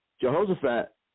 Jehoshaphat